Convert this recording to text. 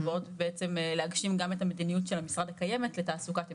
שבאות בעצם להגשים גם את המדיניות של המשרד הקיימת לתעסוקת המשך.